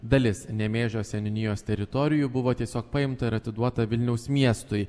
dalis nemėžio seniūnijos teritorijų buvo tiesiog paimta ir atiduota vilniaus miestui